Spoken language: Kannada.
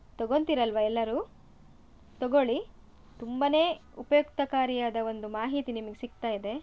ತಗೊತಿರಲ್ವ ಎಲ್ಲರು ತಗೊಳ್ಳಿ ತುಂಬಾ ಉಪಯುಕ್ತಕಾರಿಯಾದ ಒಂದು ಮಾಹಿತಿ ನಿಮ್ಗೆ ಸಿಗ್ತಾಯಿದೆ